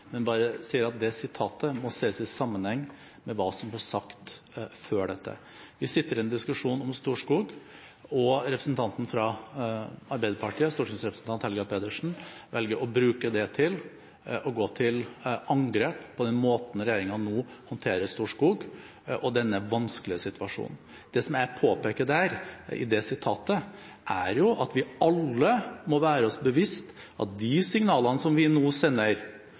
men vil bare si at det sitatet må ses i sammenheng med hva som ble sagt før dette. Vi sitter i en diskusjon om Storskog, og representanten fra Arbeiderpartiet, stortingsrepresentant Helga Pedersen, velger å bruke det til å gå til angrep på den måten regjeringen nå håndterer Storskog og denne vanskelige situasjonen på. Det som jeg påpeker der, i det sitatet, er at vi alle må være oss bevisst de signalene som vi nå sender